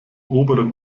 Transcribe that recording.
oberen